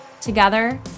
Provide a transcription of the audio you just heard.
Together